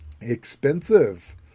Expensive